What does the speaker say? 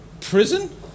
prison